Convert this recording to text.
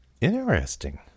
Interesting